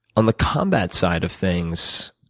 on the combat side of things,